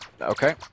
Okay